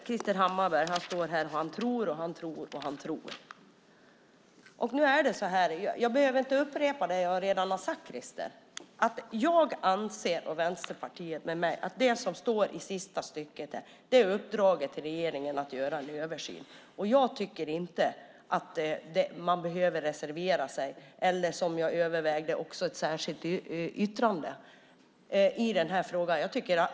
Herr talman! Krister Hammarbergh står här och tror och tror. Jag behöver inte upprepa det jag redan har sagt, men jag och Vänsterpartiet med mig anser att det som står i sista stycket är ett uppdrag till regeringen att göra en översyn. Jag tycker inte att man behöver reservera sig eller, som jag också övervägde, göra ett särskilt yttrande i den här frågan. Okej!